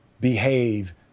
behave